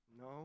No